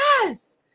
Yes